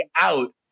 out